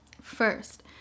first